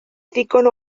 ddigon